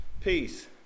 peace